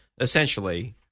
essentially –